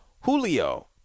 Julio